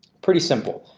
pretty simple.